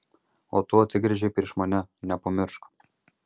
o tu atsigręžei prieš mane nepamiršk